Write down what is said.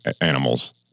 animals